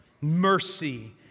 mercy